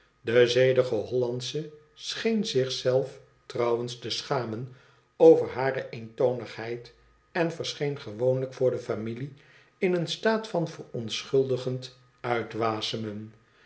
de zedige hollandsche scheen zich zelf tronwens te schamen over hare eentonigheid en verscheen gewoonlijk voor de familie in een staat van verontschuldigend